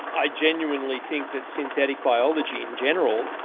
i genuinely think that synthetic biology in general,